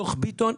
דוח ביטון,